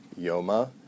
Yoma